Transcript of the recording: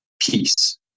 peace